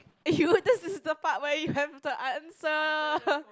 eh dude this is the part where you have to answer